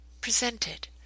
presented